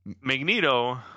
Magneto